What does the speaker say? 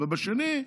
בשנייה,